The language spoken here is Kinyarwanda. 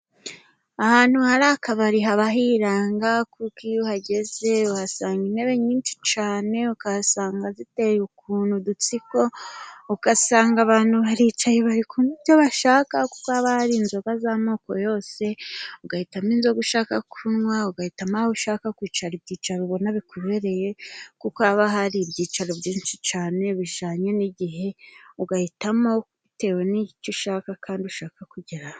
Ahantu hari akabari haba hiranga kuko iyo uhageze , uhasanga intebe nyinshi cyane , ukahasanga ziteye ukuntu udutsiko , ugasanga abantu baricaye bari kunywa ibyo bashaka , kuko ha hari inzoga z'amoko yose . Ugahitamo inzoga ushaka kunywa , ugahitamo aho ushaka kwicara , ibyicaro ubona bikubereye , kuko haba hari ibyicaro byinshi cyane bijyanye n'igihe , ugahitamo bitewe n'icyo ushaka kandi ushaka kugeraho.